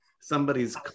somebody's